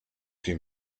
dem